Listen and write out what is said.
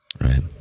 Right